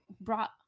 Brought